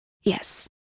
Yes